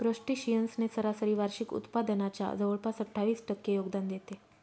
crustaceans ने सरासरी वार्षिक उत्पादनाच्या जवळपास अठ्ठावीस टक्के योगदान देते